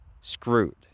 screwed